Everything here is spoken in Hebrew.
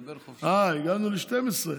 אה, הגענו ל-00:00,